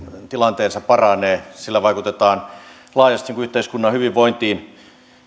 tilanteensa paranee sillä vaikutetaan laajasti yhteiskunnan hyvinvointiin